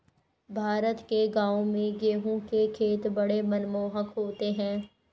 भारत के गांवों में गेहूं के खेत बड़े मनमोहक होते हैं